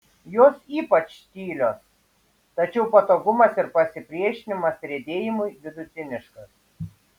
jos ypač tylios tačiau patogumas ir pasipriešinimas riedėjimui vidutiniškas